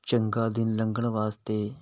ਚੰਗਾ ਦਿਨ ਲੰਘਣ ਵਾਸਤੇ